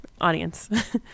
Audience